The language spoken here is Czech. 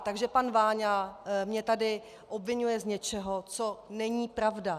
Takže pan Váňa mě tady obviňuje z něčeho, co není pravda.